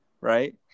Right